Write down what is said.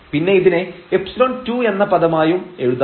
പിന്നെ ഇതിനെ ϵ2 എന്ന പദമായും എഴുതാം